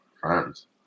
friends